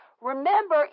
Remember